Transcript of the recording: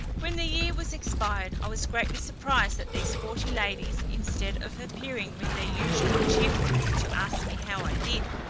when the year was expired, i was greatly surprised that these forty ladies, instead of appearing with their usual cheerfulness to ask me how i did,